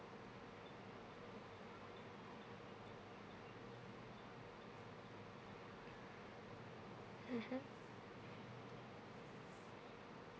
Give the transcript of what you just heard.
mmhmm